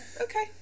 Okay